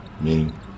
meaning